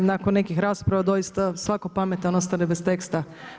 Nakon nekih rasprava doista svako pametan ostane bez teksta.